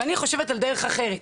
ואני חושבת על דרך אחרת,